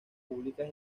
públicas